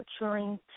maturing